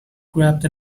grabbed